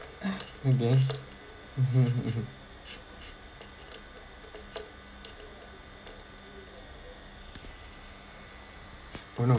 okay why not